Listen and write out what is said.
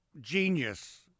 genius